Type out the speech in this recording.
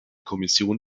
kommission